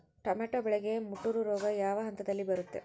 Tomato ಬೆಳೆಗೆ ಮುಟೂರು ರೋಗ ಯಾವ ಹಂತದಲ್ಲಿ ಬರುತ್ತೆ?